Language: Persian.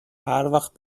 هروقت